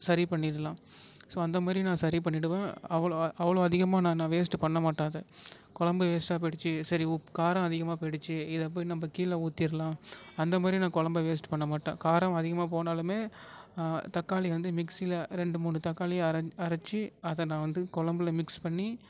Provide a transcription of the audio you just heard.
சரி பண்ணிடலாம் ஸோ அந்தமாதிரி நான் சரி பண்ணிடுவேன் அவ்வளோவா அவ்வளோ அதிகமாக நான் நான் வேஸ்ட்டு பண்ண மாட்டேன் அதை குழம்பு வேஸ்ட்டாக போய்டுச்சு சரி காரம் அதிகமாக போய்டுச்சு இதை போய் நம்ம கீழே ஊத்திடலாம் அந்தமாதிரி நான் குழம்ப வேஸ்ட் பண்ணமாட்டேன் காரம் அதிகமாக போனாலுமே தக்காளி வந்து மிக்சியில ரெண்டு மூணு தக்காளியை அரைச் அரைச்சு அதை நான் வந்து குழம்புல மிக்ஸ் பண்ணி